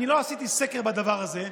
אני לא עשיתי סקר בדבר הזה,